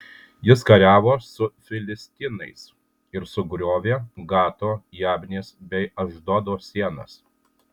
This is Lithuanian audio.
jis kariavo su filistinais ir sugriovė gato jabnės bei ašdodo sienas